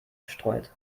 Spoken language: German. bestreut